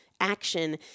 action